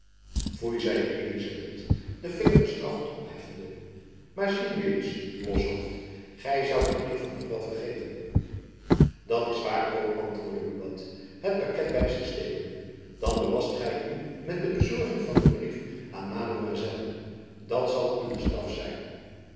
foei zeide elizabeth den vinger bestraffend opheffende maar zie nu eens loshoofd gy zoudt de brieven nog wel vergeten dat is waar ook antwoordde buat het paket by zich stekende dan belast gy u met bezorging van dien brief aan mademoiselle dat zal uwe straf zijn